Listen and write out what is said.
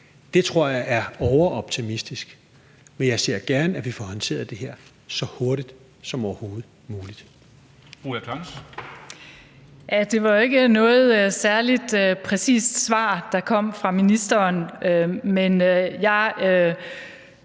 Det tror jeg er overoptimistisk. Men jeg ser gerne, at vi får håndteret det her så hurtigt som overhovedet muligt.